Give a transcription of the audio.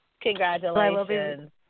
Congratulations